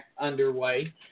underway